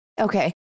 Okay